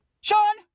Sean